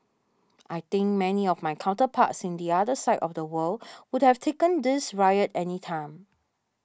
I think many of my counterparts in the other side of the world would have taken this riot any time